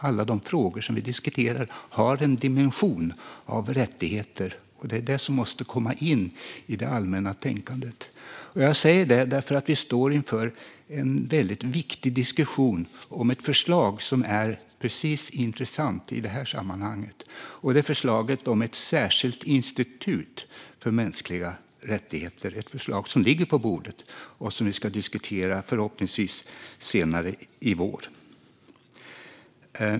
Alla de frågor som vi diskuterar har en dimension av rättigheter, och det är det som måste komma in i det allmänna tänkandet. Jag säger detta därför att vi står inför en väldigt viktig diskussion om ett förslag som är intressant i det här sammanhanget. Det är förslaget om ett särskilt institut för mänskliga rättigheter. Det är ett förslag som ligger på bordet och som vi förhoppningsvis ska diskutera senare i vår.